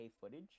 footage